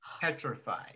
petrified